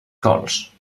cols